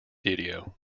video